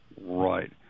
Right